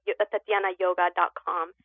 tatianayoga.com